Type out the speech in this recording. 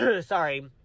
Sorry